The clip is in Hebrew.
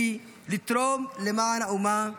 הוא לתרום למען האומה כולה.